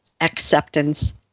acceptance